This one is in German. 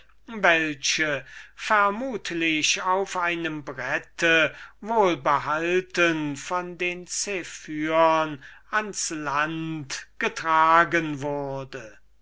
welche auf einem brette glücklich von den zephyrn ans land getragen wurde